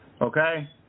Okay